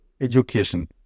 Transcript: education